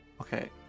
Okay